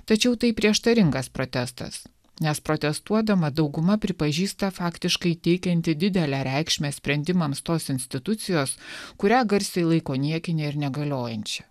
tačiau tai prieštaringas protestas nes protestuodama dauguma pripažįsta faktiškai teikianti didelę reikšmę sprendimams tos institucijos kurią garsiai laiko niekine ir negaliojančia